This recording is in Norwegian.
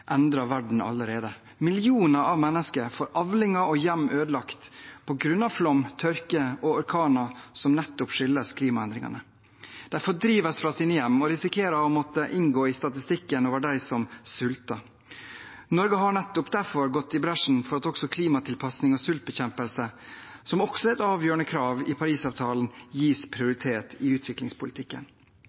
endrer verden allerede. Millioner av mennesker får avlinger og hjem ødelagt på grunn av flom, tørke og orkaner som nettopp skyldes klimaendringene. De fordrives fra sine hjem og risikerer å måtte inngå i statistikken over dem som sulter. Norge har nettopp derfor gått i bresjen for at også klimatilpasning og sultbekjempelse – som også er et avgjørende krav i Parisavtalen – gis prioritet i utviklingspolitikken.